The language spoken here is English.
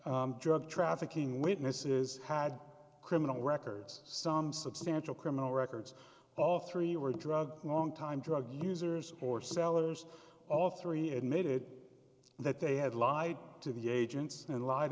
drug trafficking witnesses had criminal records some substantial criminal records all three were drug long time drug users or sellers all three admitted that they had lied to the agents and li